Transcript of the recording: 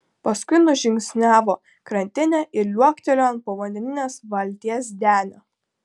paskui nužingsniavo krantine ir liuoktelėjo ant povandeninės valties denio